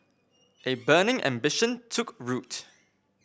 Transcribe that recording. a burning ambition took root